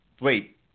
wait